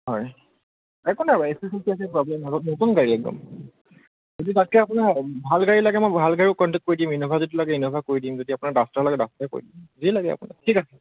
হয় একো নাই এ চি ছে চি নতুন গাড়ী একদম যদি তাতকৈ আপোনাক ভাল গাড়ী লাগে মই ভাল গাড়ীও কণ্টেক্ট কৰি দিম ইন'ভা যদি লাগে ইন'ভা কৰি দিম যদি আপোনাক ডাষ্টাৰ লাগে ডাষ্টাৰ কৰি দিম যিয়েই লাগে আপোনাক ঠিক আছে